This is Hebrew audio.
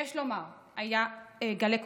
היו גלי קורונה,